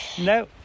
No